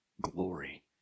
glory